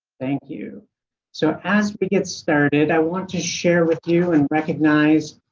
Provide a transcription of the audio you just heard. thank you so as we get started, i want to share with you and recognize.